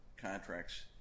Contracts